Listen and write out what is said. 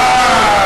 אה.